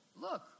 Look